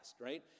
right